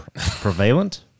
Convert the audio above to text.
prevalent